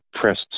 pressed